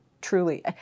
truly